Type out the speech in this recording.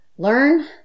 learn